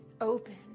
open